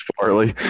Farley